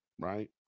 Right